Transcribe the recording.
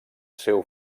seu